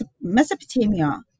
Mesopotamia